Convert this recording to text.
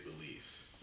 beliefs